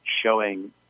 showing